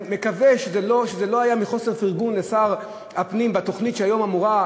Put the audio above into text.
ואני מקווה שזה לא היה מחוסר פרגון לשר הפנים על התוכנית שהיום אמורה,